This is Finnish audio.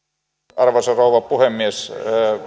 arvoisa rouva puhemies